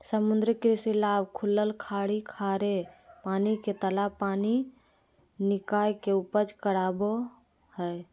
समुद्री कृषि लाभ खुलल खाड़ी खारे पानी के तालाब पानी निकाय के उपज बराबे हइ